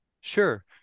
Sure